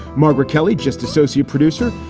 margaret kelly, just associate producer,